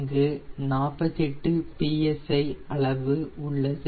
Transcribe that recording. இங்கு 48 psi அளவு உள்ளது